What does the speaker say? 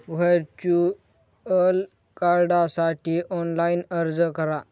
virtual कार्डसाठी online अर्ज करा